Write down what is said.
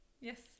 yes